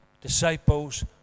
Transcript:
disciples